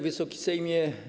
Wysoki Sejmie!